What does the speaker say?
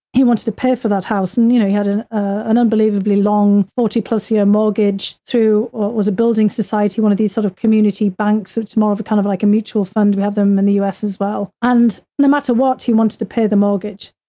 he wants to pay for that house, and you know, he had an an unbelievably long forty plus year mortgage through what was a building society, one of these sort of community banks, it's more of a kind of like a mutual fund we have them in the us as well, and no matter what, he wanted to pay the mortgage.